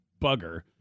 bugger